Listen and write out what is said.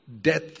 death